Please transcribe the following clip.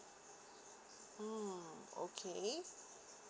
mm okay